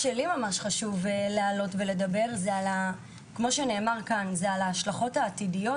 חשוב לי לדבר על ההשלכות העתידיות,